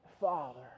father